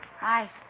Hi